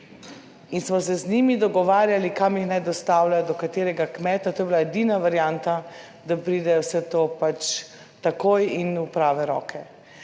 in smo se z njimi dogovarjali, kam jih naj dostavljajo, do katerega kmeta, to je bila edina varianta, da pride vse to pač takoj in v prave roke.